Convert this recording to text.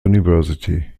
university